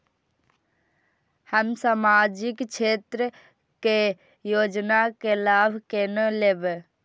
हम सामाजिक क्षेत्र के योजना के लाभ केना लेब?